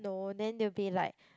no then they will be like